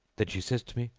then she says to me,